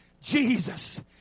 Jesus